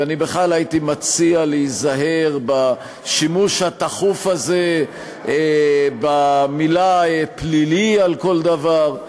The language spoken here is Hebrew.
ואני בכלל הייתי מציע להיזהר בשימוש התכוף הזה במילה "פלילי" על כל דבר,